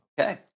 Okay